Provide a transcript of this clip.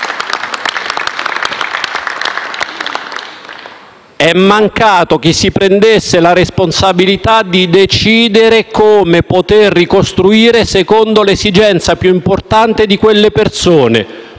È mancato chi si prendesse la responsabilità di decidere come poter ricostruire secondo l'esigenza più importante di quelle persone: